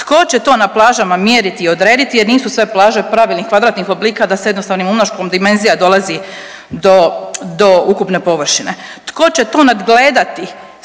tko će to na plažama mjeriti i odrediti jer nisu sve plaže pravilnih kvadratnih oblika da se jednostavnim umnoškom dimenzija dolazi do, do ukupne površine. Tko će to nadgledati